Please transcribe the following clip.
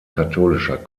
katholischer